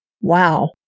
Wow